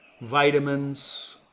vitamins